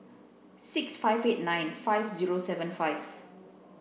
six five eight nine five zero seven five